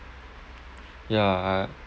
ya I